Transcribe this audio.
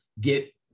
get